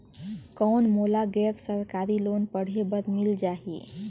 कौन मोला गैर सरकारी लोन पढ़े बर मिल जाहि?